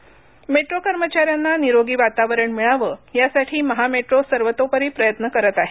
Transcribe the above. महामेट्रो कर्मचाऱ्यांना निरोगी वातावरण मिळावं यासाठी महामेट्रो सर्वोतोपरी प्रयत्नकरत आहे